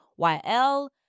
yl